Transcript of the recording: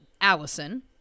Allison